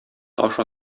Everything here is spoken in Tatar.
таш